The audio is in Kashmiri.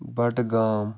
بَڈٕگام